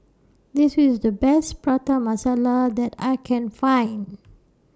This IS The Best Prata Masala that I Can Find